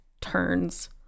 turns